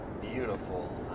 beautiful